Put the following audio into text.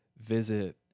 visit